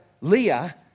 Leah